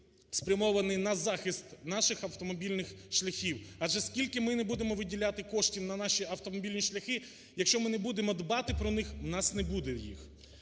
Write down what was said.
спрямований на захист наших автомобільних шляхів. Адже, скільки ми не будемо виділяти коштів на наші автомобільні шляхи, якщо ми не будемо дбати про них, у нас не буде їх.